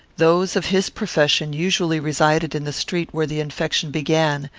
those of his profession usually resided in the street where the infection began,